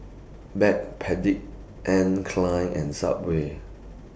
Backpedic Anne Klein and Subway